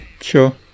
sure